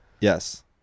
Yes